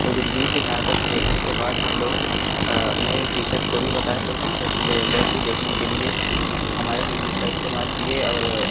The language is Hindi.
तो दूरबीन की सहायता से देखने के बाद हमलोग अपने टीचर्स को भी बताए तो टीचर्स लोग भी देखने के लिए हमारे दूरबीन का इस्तेमाल किए और